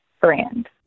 brand